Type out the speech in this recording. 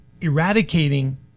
eradicating